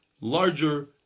larger